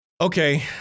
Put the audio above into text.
Okay